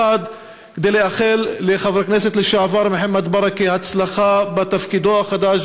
1. כדי לאחל לחבר הכנסת לשעבר מוחמד ברכה הצלחה בתפקידו החדש,